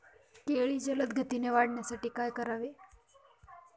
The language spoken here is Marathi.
केळी जलदगतीने वाढण्यासाठी काय करावे?